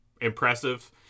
impressive